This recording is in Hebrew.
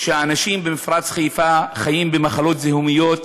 שהאנשים במפרץ חיפה חולים במחלות זיהומיות